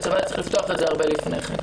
שהצבא צריך לפתוח את זה הרבה לפני כן.